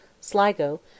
Sligo